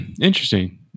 Interesting